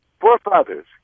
forefathers